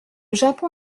japon